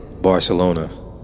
Barcelona